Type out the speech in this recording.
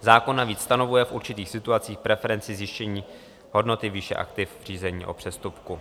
Zákon navíc stanovuje v určitých situacích preferenci zjištění hodnoty výše aktiv řízení o přestupku.